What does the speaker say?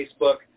Facebook